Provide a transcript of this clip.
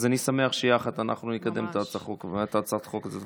אז אני שמח שיחד אנחנו נקדם את הצעת החוק הזו.